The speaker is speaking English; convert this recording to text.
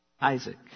Isaac